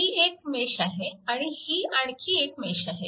ही एक मेश आहे आणि ही आणखी एक मेश आहे